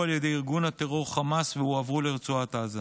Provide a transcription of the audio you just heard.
על ידי ארגון הטרור חמאס והועברו לרצועת עזה.